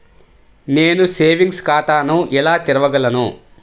నేను సేవింగ్స్ ఖాతాను ఎలా తెరవగలను?